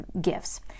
gifts